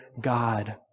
God